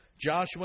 Joshua